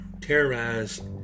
terrorized